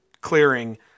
clearing